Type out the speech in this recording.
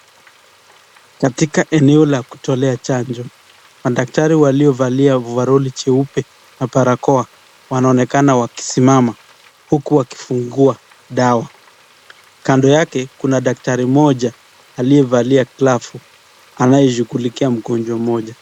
Katika eneo la kutoa chanjo, madaktari waliovalia ovaroli jeupe na barakoa, wanaonekana wakisimama, huku wakifungua dawa. Kando yake, kuna daktari mmoja aliyevalia glavu, anayeshughulikia mgonjwa mmoja.